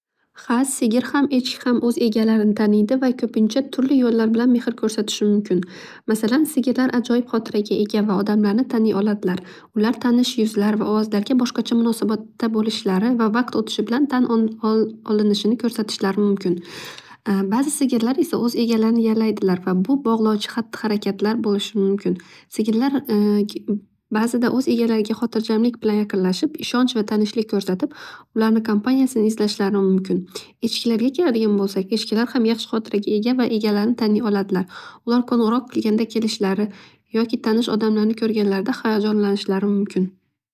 Ha sigir ham echki ham o'z egalarini taniydi va ko'pincha turli yo'llar bilan mehr ko'rsatishi mumkin. Masalan sigirlar ajoyib xotiraga ega va odamlarni taniy oladilar. Ular tanish yuzlar va ovozlarga boshqacha munosabatda bo'lishlari va vaqt o'tishi bilan tan olinishini ko'rsatishlari mumkin. Ba'zi sigirlar esa o'z egalarini yalaydilar va bu bog'lovchi hatti harakatlar bo'lishi mumkin. Sigirlar bazida o'z egalariga xotirjamlik bilan yaqinlashib ishonch va tanishlik ko'rsatib ularni kompaniyasini izlashi mumkin. Echkilarga keladigan bo'lsak echkilar ham yaxshi hotiraga ega va egalarini taniy oladilar. Ular qo'ng'iroq qilganda kelishlari yoki tanish odamlarni ko'rganlarida hayajonlanishlari mumkin.